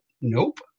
nope